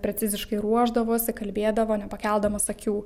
preciziškai ruošdavosi kalbėdavo nepakeldamas akių